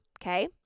okay